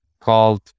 called